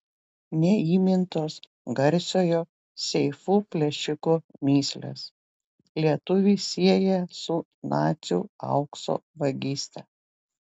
neįmintos garsiojo seifų plėšiko mįslės lietuvį sieja su nacių aukso vagyste